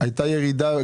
הייתה ירידה.